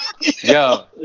yo